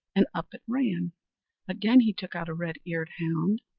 and up it ran again he took out a red-eared hound,